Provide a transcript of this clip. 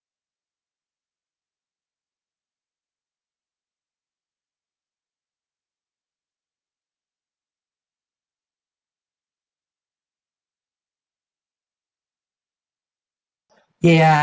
ya